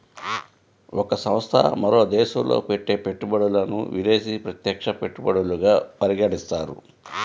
ఒక సంస్థ మరో దేశంలో పెట్టే పెట్టుబడులను విదేశీ ప్రత్యక్ష పెట్టుబడులుగా పరిగణిస్తారు